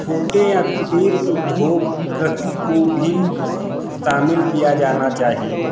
छोटे या कुटीर उद्योग कृषि को भी शामिल किया जाना चाहिए